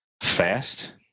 fast